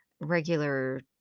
regular